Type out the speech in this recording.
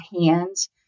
hands